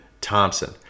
Thompson